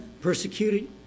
persecuted